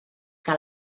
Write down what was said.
que